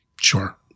Sure